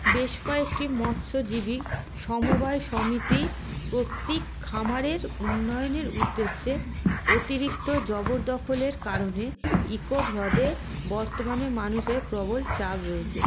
বেশ কয়েকটি মৎস্যজীবী সমবায় সমিতি কর্তৃক খামারের উন্নয়নের উদ্দেশ্যে অতিরিক্ত জবরদখলের কারণে ইকোপ হ্রদে বর্তমানে মানুষের প্রবল চাপ রয়েছে